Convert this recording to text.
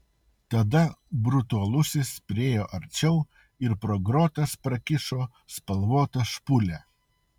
tada brutalusis priėjo arčiau ir pro grotas prakišo spalvotą špūlę